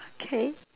okay